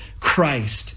Christ